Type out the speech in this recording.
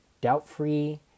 doubt-free